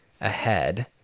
ahead